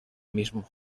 mismo